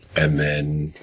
and then,